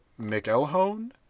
McElhone